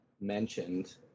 mentioned